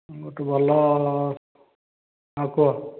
କେଉଁଠି ଭଲ ହଁ କୁହ